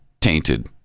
tainted